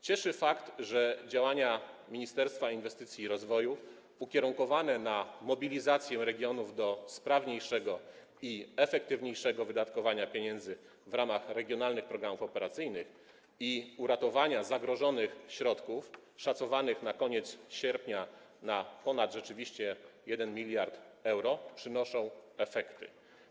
Cieszy fakt, że działania Ministerstwa Inwestycji i Rozwoju ukierunkowane na mobilizację regionów do sprawniejszego i efektywniejszego wydatkowania pieniędzy w ramach regionalnych programów operacyjnych i uratowania zagrożonych środków szacowanych na koniec sierpnia na ponad 1 mld euro przynoszą efekty.